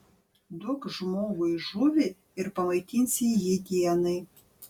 duok žmogui žuvį ir pamaitinsi jį dienai